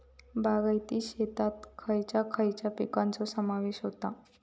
बागायती शेतात खयच्या खयच्या पिकांचो समावेश होता?